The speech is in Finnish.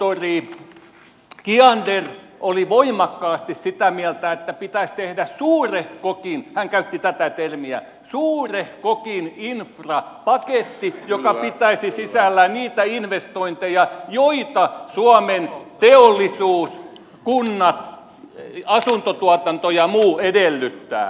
tohtori kiander oli voimakkaasti sitä mieltä että pitäisi tehdä suurehkokin hän käytti tätä termiä suurehkokin infrapaketti joka pitäisi sisällään niitä investointeja joita suomen teollisuus kunnat asuntotuotanto ja muu edellyttävät